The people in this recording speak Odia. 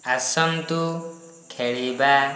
ଆସନ୍ତୁ ଖେଳିବା